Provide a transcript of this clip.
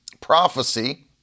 prophecy